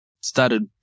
started